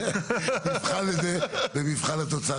נבחן את זה במבחן התוצאה,